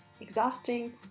exhausting